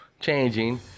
changing